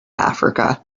africa